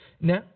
Now